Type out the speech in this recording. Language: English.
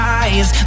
eyes